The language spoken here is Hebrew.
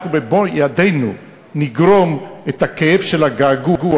אנחנו במו ידינו נגרום את הכאב של הגעגוע